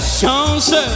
chance